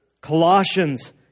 Colossians